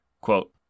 Quote